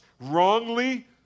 wrongly